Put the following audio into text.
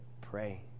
pray